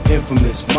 Infamous